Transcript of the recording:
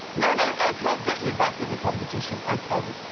nanne, i i can't get you back in the competition, i can't.